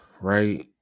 right